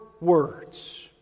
words